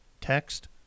text